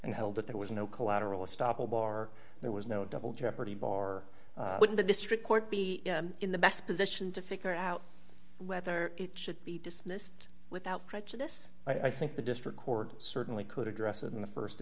and held that there was no collateral estoppel bar there was no double jeopardy bar when the district court be in the best position to figure out whether it should be dismissed without prejudice i think the district court certainly could address it in the